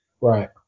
Right